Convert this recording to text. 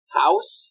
house